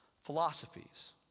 philosophies